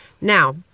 Now